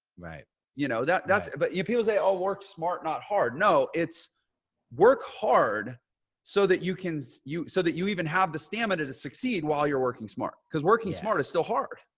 you know that that's but you people say, oh, work smart. not hard. no, it's work hard so that you can you so that you even have the stamina to succeed while you're working smart, because working smart is still hard.